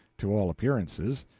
to all appearances,